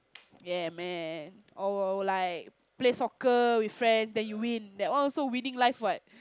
yeah man or like play soccer with friend then you win that one also winning life what